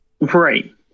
Right